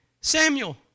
Samuel